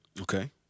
Okay